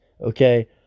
okay